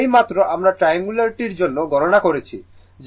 এই মাত্র আমরা ট্রায়াঙ্গুলার টির জন্য গণনা করেছি যা আমরা 1155 পেয়েছি